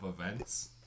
events